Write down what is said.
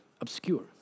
obscure